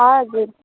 हजुर